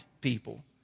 people